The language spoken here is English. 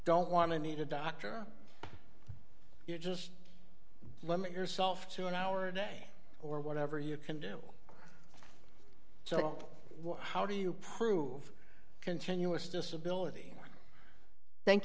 don't want to need a doctor you just limit yourself to an hour a day or whatever you can do so how do you prove continuous disability thank